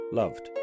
loved